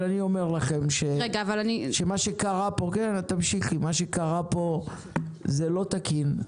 אבל אני אומר לכם שמה שקרה פה זה לא תקין.